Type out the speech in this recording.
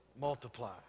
multiply